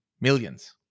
millions